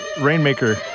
Rainmaker